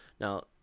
Now